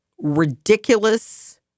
ridiculous